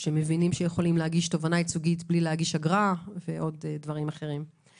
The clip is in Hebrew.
שמבינים שיכולים להגיש תובענה ייצוגית בלי להגיש אגרה ועוד דברים אחרים.